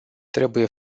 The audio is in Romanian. trebuie